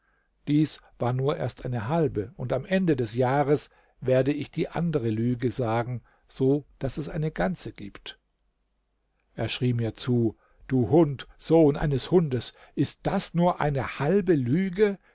dies war nur erst eine halbe und am ende des jahres werde ich die andere lüge sagen so daß es eine ganze gibt er schrie mir zu du hund sohn eines hundes ist das nur eine halbe lüge